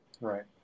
Right